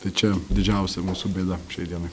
tai čia didžiausia mūsų bėda šiai dienai